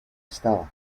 estaba